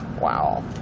Wow